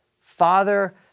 Father